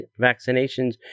vaccinations